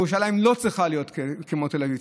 ירושלים לא צריכה להיות כמו תל אביב.